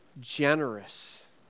generous